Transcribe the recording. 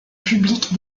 publique